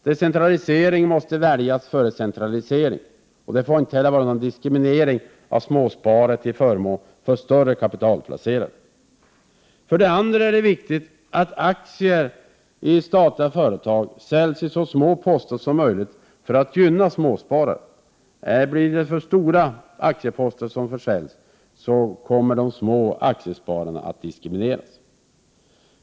Decentralisering måste väljas före centralisering, och det får inte heller ske någon diskriminering av småsparare till förmån för större kapitalplacerare. För det andra är det viktigt att aktier i statliga företag säljs i så små poster som möjligt för att småsparare skall gynnas. Om för stora aktieposter säljs kommer de små aktiespararna att diskrimineras.